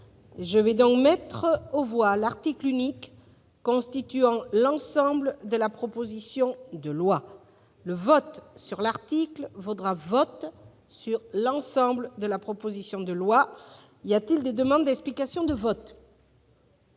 Je vais mettre aux voix l'article unique constituant l'ensemble de la proposition de loi. Je rappelle que le vote sur l'article unique a valeur de vote sur l'ensemble de la proposition de loi. Y a-t-il des demandes d'explication de vote ?